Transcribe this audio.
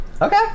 Okay